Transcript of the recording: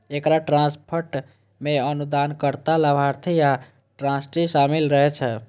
एकटा trust fund मे अनुदानकर्ता, लाभार्थी आ ट्रस्टी शामिल रहै छै